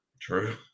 true